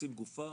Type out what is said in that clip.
מוצאים גופה,